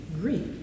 Greek